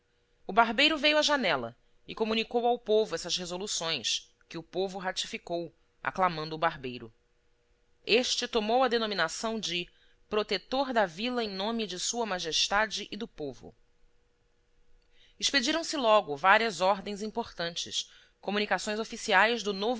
barbeiro veio à janela e comunicou ao povo essas resoluções que o povo ratificou aclamando o barbeiro este tomou a denominação de protetor da vila em nome de sua majestade e do povo expediramse logo várias ordens importantes comunicações oficiais do